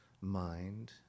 mind